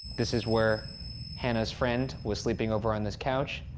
this is where hannah's friend was sleeping, over on this couch,